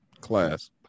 Class